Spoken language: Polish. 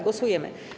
Głosujemy.